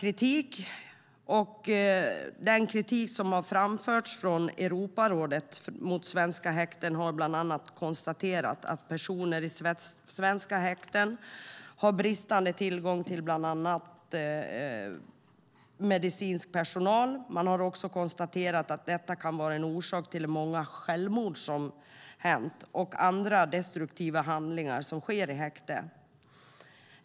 I den kritik som har framförts från Europarådet mot svenska häkten konstateras bland annat att personer i svenska häkten har bristande tillgång till medicinsk personal. Man har också konstaterat att det kan vara en orsak till de många självmord och andra destruktiva handlingar som sker i våra häkten.